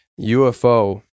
UFO